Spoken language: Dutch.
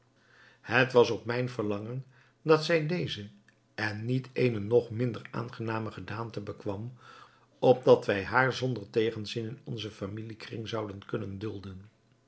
het was op mijn verlangen dat zij deze en niet eene nog minder aangename gedaante bekwam opdat wij haar zonder tegenzin in onzen familiekring zouden kunnen dulden